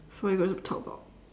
so what are we going to talk about